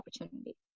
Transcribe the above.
opportunity